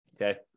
Okay